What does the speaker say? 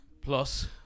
plus